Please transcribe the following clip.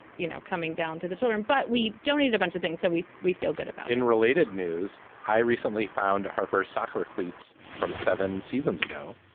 you know, coming down to the children. but we don't eat a bunch of things so we we feel good about in related news. i recently found a harper's soccer cleats from seven seasons ago